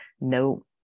no